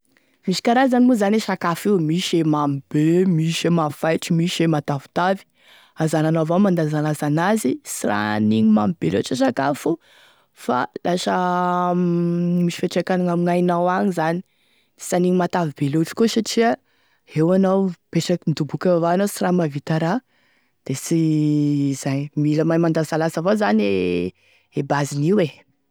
Misy karazany moa zany e sakafo io: misy e mamy be misy e mafaitry misy e matavitavy anjaranao avao mandanjalanja an'azy, sy raha anigny mamy be loatry e sakafo fa lasa misy fiantraikany amin'aignao agny zany, sy anigny matavy be lotry koa satria eo anao mipetraky midoboky eo avao anao sy raha mahavita raha, de sy zay mila mahay mandanjalanja avao zany e base-n'io e.